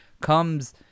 comes